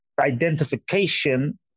identification